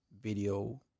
video